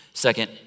Second